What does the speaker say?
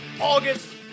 August